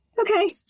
okay